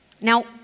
Now